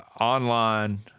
online